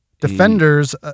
defenders